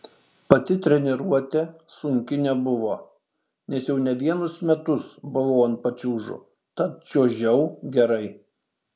pati treniruotė sunki nebuvo nes jau ne vienus metus buvau ant pačiūžų tad čiuožiau gerai